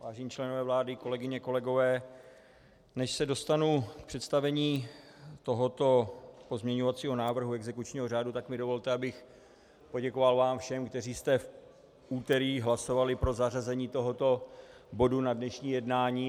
Vážení členové vlády, kolegyně, kolegové, než se dostanu k představení tohoto pozměňovacího návrhu exekučního řádu, tak mi dovolte, abych poděkoval vám všem, kteří jste v úterý hlasovali pro zařazení tohoto bodu na dnešní jednání.